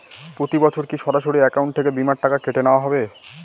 প্রতি বছর কি সরাসরি অ্যাকাউন্ট থেকে বীমার টাকা কেটে নেওয়া হবে?